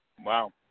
Wow